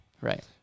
Right